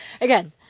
Again